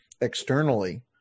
externally